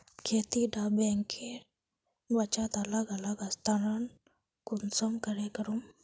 खेती डा बैंकेर बचत अलग अलग स्थानंतरण कुंसम करे करूम?